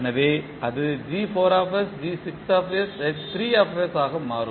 எனவே இது ஆக மாறும்